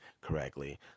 correctly